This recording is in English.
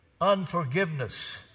unforgiveness